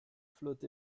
flotte